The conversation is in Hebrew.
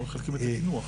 אולי מחלקים לקינוח.